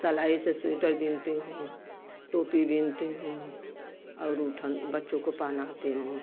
सिलाई से स्विटर बुनती हूँ टोपी बुनती हूँ और ऊ ठंड बच्चों को पहनाती हूँ